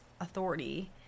authority